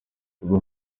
papa